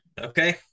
okay